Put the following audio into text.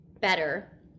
better